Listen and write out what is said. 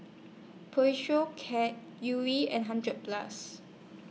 Cat Yuri and hundred Plus